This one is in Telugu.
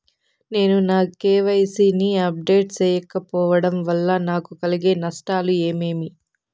నేను నా కె.వై.సి ని అప్డేట్ సేయకపోవడం వల్ల నాకు కలిగే నష్టాలు ఏమేమీ?